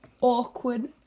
awkward